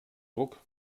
druck